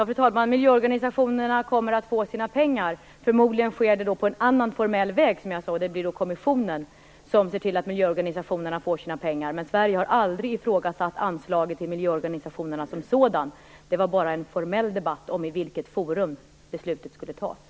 Fru talman! Miljöorganisationerna kommer att få sina pengar. Förmodligen sker det som jag sade på en annan formell väg; det blir kommissionen som ser till att miljöorganisationerna får sina pengar. Sverige har dock aldrig ifrågasatt anslaget till miljöorganisationerna som sådant. Det var bara en formell debatt om i vilket forum beslutet skulle fattas.